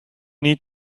need